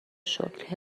شکر